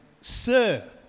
Sir